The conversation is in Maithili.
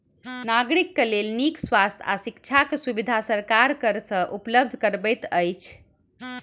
नागरिक के लेल नीक स्वास्थ्य आ शिक्षाक सुविधा सरकार कर से उपलब्ध करबैत अछि